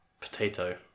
Potato